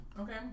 Okay